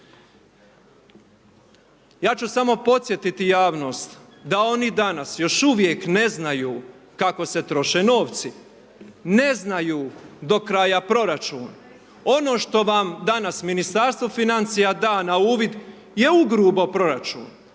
Ja ću samo podsjetiti javnost da oni danas još uvijek ne znaju kako se troše novci, ne znaju do kraja proračun. Ono što vam danas Ministarstvo financija da na uvid je ugrubo proračun.